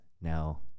now